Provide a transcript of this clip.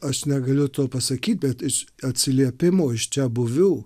aš negaliu to pasakyt bet iš atsiliepimo iš čiabuvių